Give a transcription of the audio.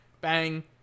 Bang